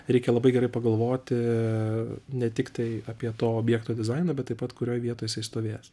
reikia labai gerai pagalvoti ne tiktai apie to objekto dizainą bet taip pat kurioj vietoj jisai stovės